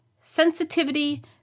Sensitivity